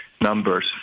numbers